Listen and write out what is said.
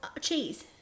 Cheese